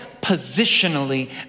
positionally